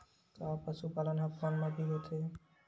का पशुपालन ह फोन म भी होथे?